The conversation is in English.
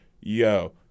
yo